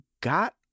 got